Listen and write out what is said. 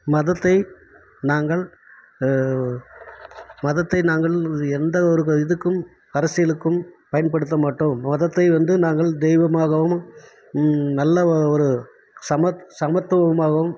மதத்தை நாங்கள் மதத்தை நாங்கள் எந்த ஒரு இதுக்கும் அரசியலுக்கும் பயன்படுத்த மாட்டோம் மதத்தை வந்து நாங்கள் தெய்வமாகவும் நல்ல ஒரு சம சமத்துவமாகவும்